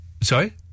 Sorry